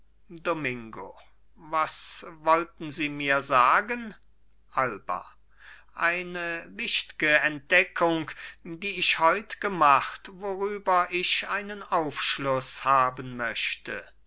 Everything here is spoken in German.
domingo was wollten sie mir sagen alba eine wichtge entdeckung die ich heut gemacht worüber ich einen aufschluß haben möchte